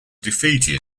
defeated